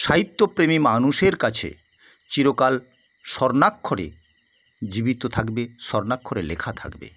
সাহিত্যপ্রেমী মানুষের কাছে চিরকাল স্বর্ণাক্ষরে জীবিত থাকবে স্বর্ণাক্ষরে লেখা থাকবে